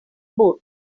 boat